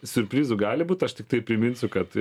siurprizų gali būt aš tiktai priminsiu kad